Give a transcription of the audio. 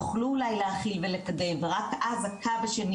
יכלו אולי להכיל ולקדם ורק אז הקו השני